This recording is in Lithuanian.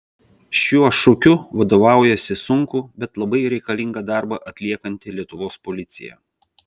šiuo šūkiu vadovaujasi sunkų bet labai reikalingą darbą atliekanti lietuvos policija